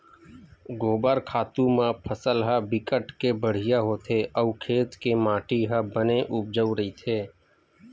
गोबर खातू म फसल ह बिकट के बड़िहा होथे अउ खेत के माटी ह बने उपजउ रहिथे